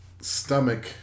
stomach